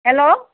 hello